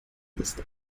ist